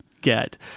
get